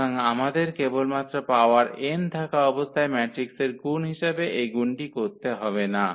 সুতরাং আমাদের কেবলমাত্র পাওয়ার n থাকা অবস্থায় ম্যাট্রিক্সের গুণ হিসাবে এই গুণটি করতে হবে না